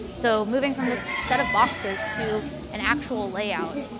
so, moving from this set of boxes to an actual layout